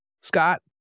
Scott